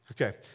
Okay